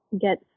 get